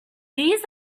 these